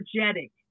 energetic